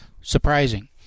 surprising